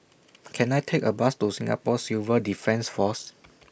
Can I Take A Bus to Singapore Civil Defence Force